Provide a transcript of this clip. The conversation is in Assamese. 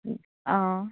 অঁ